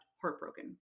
heartbroken